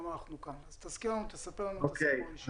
אוקיי.